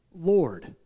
Lord